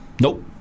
Nope